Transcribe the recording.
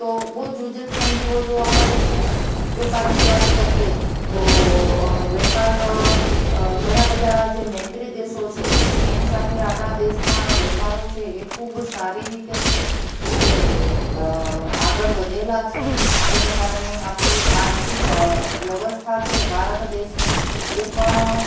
તો બહુજ ઉજત સંધિઓ જોવા મળે છે વેપારની વાત કરીએ તો વેપાર ઘણાબધાં જે મૈત્રી દેશો છે એની સાથે આપણાં દેશનાં વેપારો છે એ ખૂબ સારી રીતે છે એ આગળ વધેલા છે જેને કારણે આપણી આર્થિક વ્યવસ્થા છે ભારત દેશની એ પણ